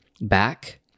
back